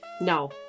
No